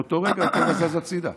באותו רגע הטבע זז הצידה.